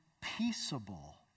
peaceable